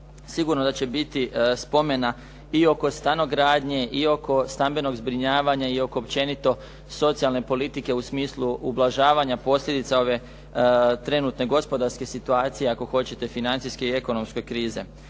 sigurno da će biti spomena i oko stanogradnje i oko stambenog zbrinjavanja i općenito oko socijalne politike u smislu ublažavanja posljedica ove trenutne gospodarske situacije ako hoćete financijske i ekonomske krize.